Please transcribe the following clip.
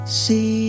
see